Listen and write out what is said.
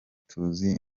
tuzi